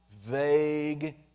vague